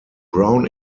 brown